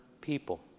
people